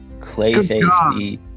Clayface